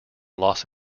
los